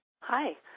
Hi